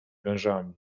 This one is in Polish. wężami